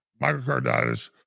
microcarditis